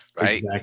right